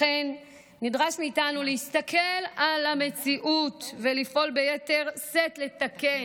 ץץץלכן נדרש מאיתנו להסתכל על המציאות ולפעול ביתר שאת לתקן,